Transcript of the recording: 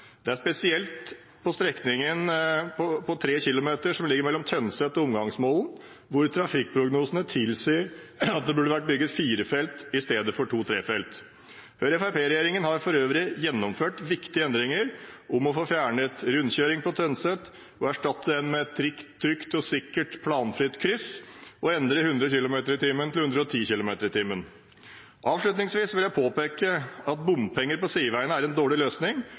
Det er spesielt strekningen på 3 km mellom Tønset og Ommangsvollen hvor trafikkprognosene tilsier at det burde bygges firefelts vei i stedet for to/trefelts vei. Høyre–Fremskrittsparti-regjeringen har for øvrig gjennomført viktige endringer som å fjerne en rundkjøring på Tønset og erstatte den med et trygt og sikkert planfritt kryss og endre 100 km/t til 110 km/t. Avslutningsvis vil jeg påpeke at bompenger på sideveiene er en dårlig løsning.